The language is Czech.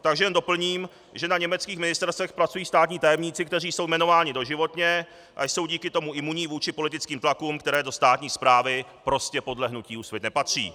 Takže jen doplním, že na německých ministerstvech pracují státní tajemníci, kteří jsou jmenováni doživotně a jsou díky tomu imunní vůči politickým tlakům, které do státní správy prostě podle hnutí Úsvit nepatří.